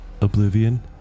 Oblivion